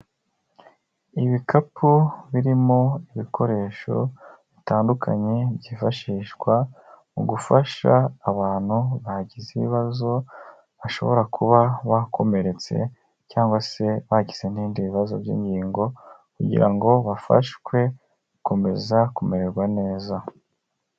Ibikapu birimo ibikoresho bitandukanye byifashishwa mu gufasha abantu bagize ibibazo, bashobora kuba bakomeretse cyangwa se bagize n'ibindi bibazo by'ingingo kugira ngo bafashwe gukomeza kumererwa neza.